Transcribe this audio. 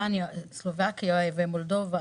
סלובקיה ומולדובה